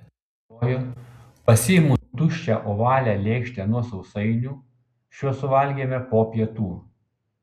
atsistoju pasiimu tuščią ovalią lėkštę nuo sausainių šiuos suvalgėme po pietų